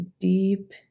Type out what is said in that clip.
deep